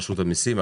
רשות המסים,